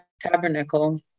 tabernacle